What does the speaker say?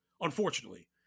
unfortunately